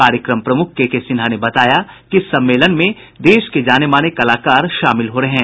कार्यक्रम प्रमुख केकेसिन्हा ने बताया कि इस सम्मेलन में देश के जानेमाने कलाकार शामिल हो रहे हैं